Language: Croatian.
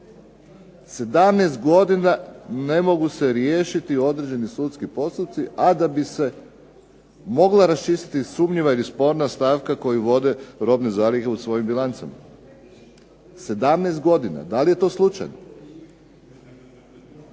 17 godina ne mogu se riješiti određeni sudski postupci a da bi se mogla raščistiti sporna ili sumnjiva stavka koju vode robne zalihe u svojim bilancama. 17 godina da li je to slučajno?